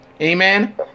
Amen